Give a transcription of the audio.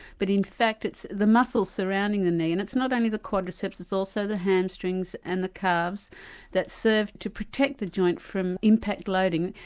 but in fact it's the muscles surrounding the knee and it's not only the quadriceps it's also the hamstrings and the calves that serve to protect the joint from impact loading.